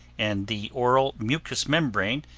and the oral mucous membrane,